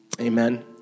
Amen